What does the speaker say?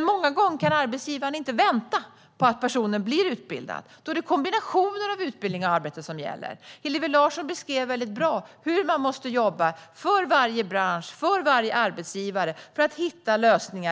Många gånger kan arbetsgivaren dock inte vänta på att personen ska bli utbildad. Då är det en kombination av utbildning och arbete som gäller. Hillevi Larsson beskrev väldigt bra hur man måste jobba i varje bransch och hos varje arbetsgivare för att hitta lösningar.